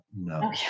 No